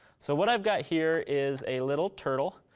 so what i've got here is a little turtle.